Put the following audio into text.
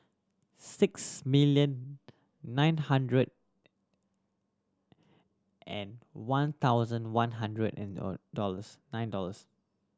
six million nine hundred and one thousand one hundred and dollars nine dollars